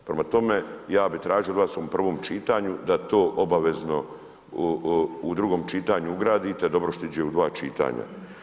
Prema tome, ja bih tražio od vas u prvom čitanju da to obavezno u drugom čitanju ugradite, dobro što ide u dva čitanja.